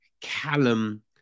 Callum